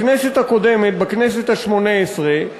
בכנסת הקודמת, הכנסת השמונה-עשרה,